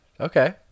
okay